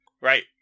right